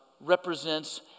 represents